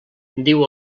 diu